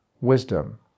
wisdom